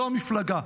לא המפלגה,